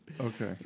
Okay